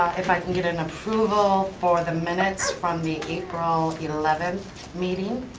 if i can get an approval for the minutes from the april eleventh meeting.